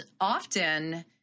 often